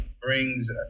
brings